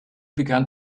began